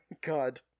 God